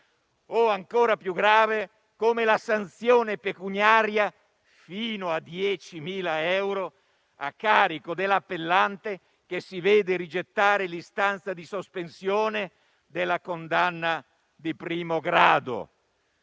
Ancora più grave è la sanzione pecuniaria fino a 10.000 euro a carico dell'appellante che si vede rigettare l'istanza di sospensione della condanna di primo grado.